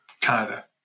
Canada